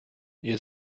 ihr